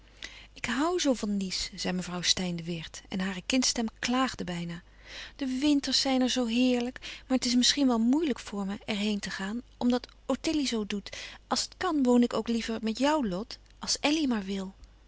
ik hoû zoo van nice zei mevrouw steyn de weert en hare kindstem klaagde bijna de winters zijn er zoo heerlijk maar het is misschien wel moeilijk voor me er heen te gaan omdat ottilie zoo doet als het kan woon ik ook liever met jou lot als elly maar wil